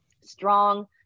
strong